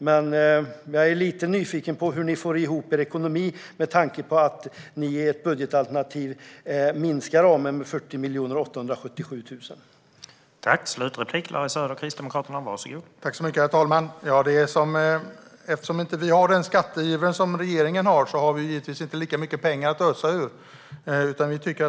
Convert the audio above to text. Men jag är lite nyfiken på hur ni får ihop er ekonomi, Larry, med tanke på att ni i ert budgetalternativ minskar ramen med 40 877 000.